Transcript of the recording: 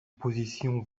position